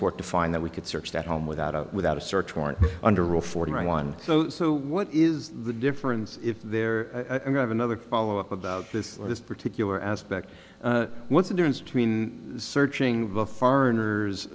court to find that we could search that home without without a search warrant under rule forty one so what is the difference if they're going to another follow up about this or this particular aspect what's the difference between searching the foreigners